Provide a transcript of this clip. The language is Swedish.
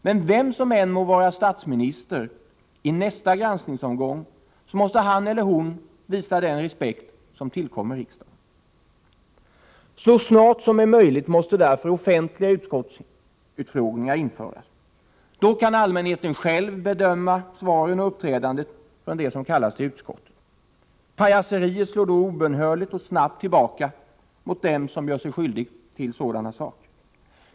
Men vem som än må vara statsminister nästa granskningsomgång så måste han eller hon visa den respekt som tillkommer riksdagen. Så snart som möjligt måste därför offentliga utskottsutfrågningar införas. Då kan allmänheten själv bedöma svaren och uppträdandet från dem som kallas till utskottet. Pajaserier slår obönhörligt och snabbt tillbaka mot den som gör sig skyldig till dem.